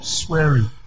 swearing